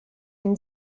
une